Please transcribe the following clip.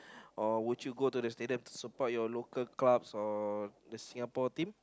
or would you go to the stadium to support your local clubs or the Singapore team